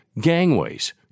gangways